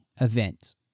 event